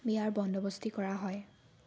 বিয়াৰ বন্দবস্তি কৰা হয়